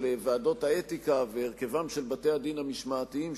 ועדות האתיקה והרכבם של בתי-הדין המשמעתיים,